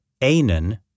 Anan